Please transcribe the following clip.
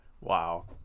wow